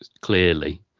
clearly